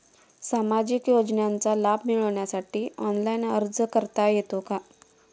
सामाजिक योजनांचा लाभ मिळवण्यासाठी ऑनलाइन अर्ज करता येतो का?